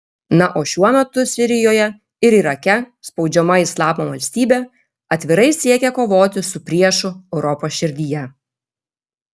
na o šiuo metu sirijoje ir irake spaudžiama islamo valstybė atvirai siekia kovoti su priešu europos širdyje